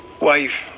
wife